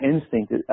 instinct